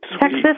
Texas